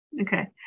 Okay